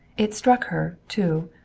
it struck her, too,